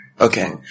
Okay